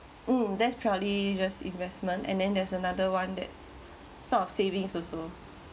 mm that's purely just investment and then there's another one that's sort of savings also